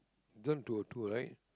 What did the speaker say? this one to a two right